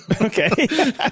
Okay